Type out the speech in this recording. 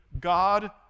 God